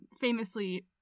Famously